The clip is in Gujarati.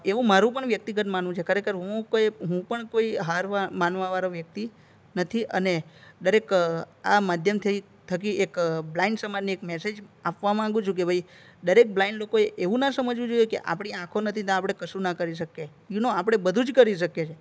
એવું મારું પણ વ્યક્તિગત માનવું છે ખરેખર હું કોઈ હું પણ કોઈ હાર માનવાવાળો વ્યક્તિ નથી અને દરેક આ માધ્યમથી થકી એક બ્લાઇન્ડ સમાજને એક મેસેજ આપવા માંગુ છું કે ભાઈ કે દરેક બ્લાઇન્ડ લોકોએ એવું ના સમજવું જોઈએ કે આપણી આંખો નથી તો આપણે કશુંય ના કરી શકીએ યુ નો આપણે બધું જ કરી શકીએ છીએ